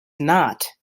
not